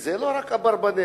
וזה לא רק ב"אברבנאל",